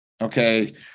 okay